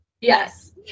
Yes